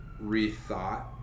rethought